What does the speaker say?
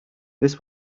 this